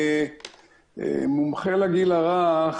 כמומחה לגיל הרך,